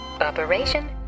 Operation